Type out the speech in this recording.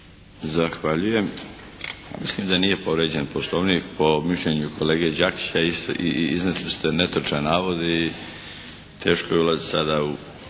Zahvaljujem. Pa mislim da nije povrijeđen Poslovnik po mišljenju kolege Đakića iznijeli ste netočan navod i teško je ulaziti sada u